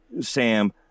Sam